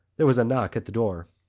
there was a knock at the door.